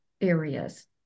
areas